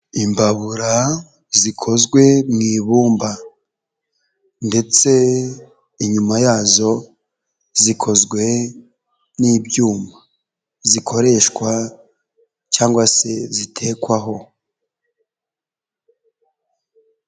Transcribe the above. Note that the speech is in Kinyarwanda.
Imbabura zikozwe mu ibumba ndetse inyuma yazo zikozwe n'ibyuma zikoreshwa cyangwa se zitekwaho.